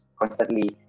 constantly